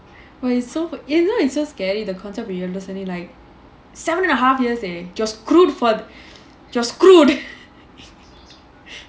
well it's so you know it's so it's so scary the concept of like university life like seven and a half years eh you are screwed for you are screwed